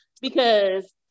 because-